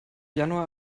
januar